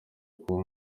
kuba